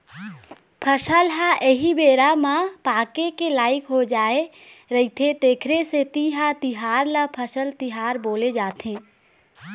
फसल ह एही बेरा म पाके के लइक हो जाय रहिथे तेखरे सेती ए तिहार ल फसल तिहार बोले जाथे